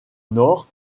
nord